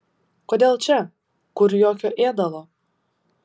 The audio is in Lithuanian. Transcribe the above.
kodėl čia kur jokio ėdalo